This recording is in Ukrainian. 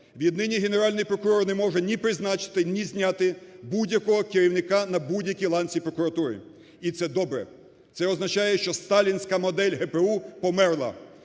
Віднині Генеральний прокурор не може ні призначити, ні зняти будь-якого керівника на будь-якій ланці прокуратури. І це добре. Це означає, що сталінська модель ГПУ померла.